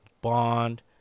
bond